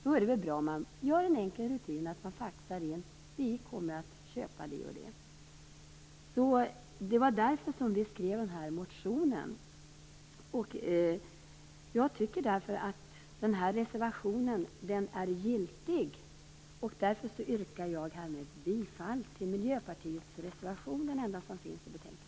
Det är väl bra att ha den enkla rutinen att faxa in information om olika köp. Det är mot den bakgrunden som vi skrivit vår motion. Jag tycker således att vår reservation äger sin giltighet. Därför yrkar jag bifall till Miljöpartiets reservation - den enda reservationen i betänkandet.